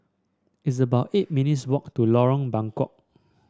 it's about eight minutes' walk to Lorong Buangkok